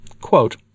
Quote